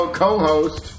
co-host